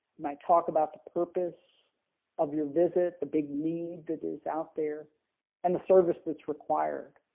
my talk about the purpose of your visit the big need that is out there and the service that's required.